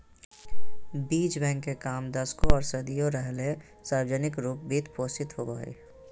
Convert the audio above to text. बीज बैंक के काम दशकों आर सदियों रहले सार्वजनिक रूप वित्त पोषित होबे हइ